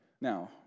Now